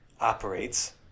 operates